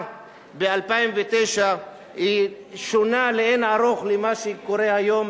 ב-2009 שונה לאין-ערוך ממה שקורה היום,